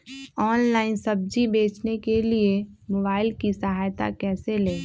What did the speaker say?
Online सब्जी बेचने के लिए मोबाईल की सहायता कैसे ले?